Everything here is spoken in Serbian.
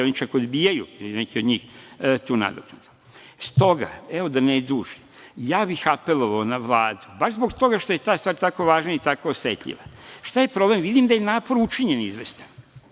oni čak odbijaju, ili neki od njih, tu nadoknadu. Stoga, da ne dužim, ja bih apelovao na Vladu, baš zbog toga što je ta stvar tako važna i tako osetljiva, šta je napor, vidim da je napor učinjen izvestan